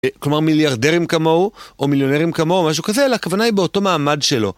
כלומר מיליארדרים כמוהו, או מיליונרים כמוהו, או משהו כזה, אלא הכוונה היא באותו מעמד שלו.